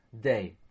day